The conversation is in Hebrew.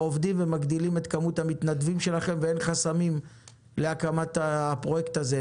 עובדים ומגדילים את כמות המתנדבים שלכם ואין חסמים להקמת הפרויקט הזה,